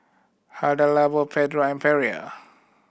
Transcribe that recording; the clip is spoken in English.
Hada Labo Pedro and Perrier